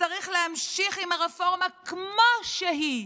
וצריך להמשיך עם הרפורמה כמו שהיא,